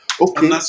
Okay